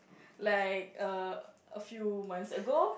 like err a few months ago